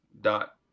dot